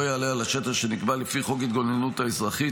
יעלה על השטח שנקבע לפי חוק ההתגוננות האזרחית,